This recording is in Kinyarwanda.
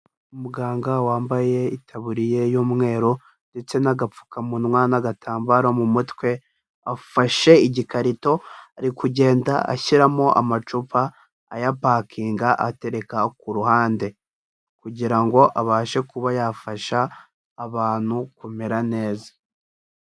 Umuganga wambaye itaburiye y'umweru ndetse n'agapfukamunwa n'agatambaro mu mutwe, afashe igikarito ari kugenda ashyiramo amacupa ayapaking atereka ku ruhande kugira ngo abashe kuba yafasha abantu kumera neza.